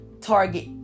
target